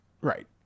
Right